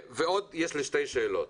יש לי עוד שתי שאלות.